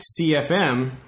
CFM